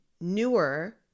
newer